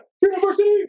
University